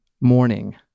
morning